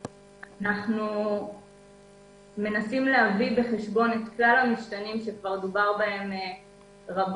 אנחנו מנסים להביא בחשבון את כלל המשתנים שכבר דובר בהם רבות.